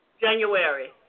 January